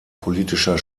politischer